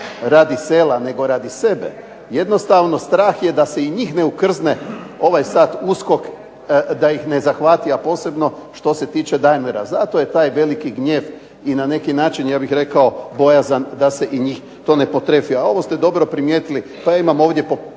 radi sela, nego radi sebe. Jednostavno strah je da se i njih ne okrzne ovaj sad USKOK da ih ne zahvati, a posebno što se tiče Daimlera. Zato je taj veliki gnjev i na neki način ja bih rekao bojazan da se i njih to ne potrefi, a ovo ste dobro primijetili, pa imam ovdje popis